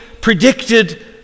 predicted